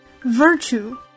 Virtue